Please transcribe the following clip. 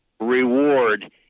reward